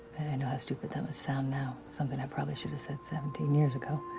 know how stupid that must sound now. something i probably should've said seventeen years ago.